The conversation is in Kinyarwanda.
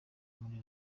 muri